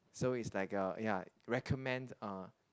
so is like uh ya recommend uh